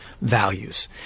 values